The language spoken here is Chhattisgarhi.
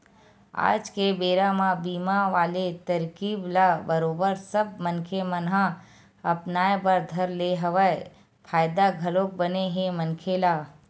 आज के बेरा म बीमा वाले तरकीब ल बरोबर सब मनखे मन ह अपनाय बर धर ले हवय फायदा घलोक बने हे मनखे ल